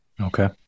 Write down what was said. Okay